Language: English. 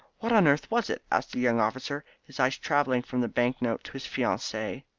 what on earth was it? asked the young officer, his eyes travelling from the bank-note to his fiancee.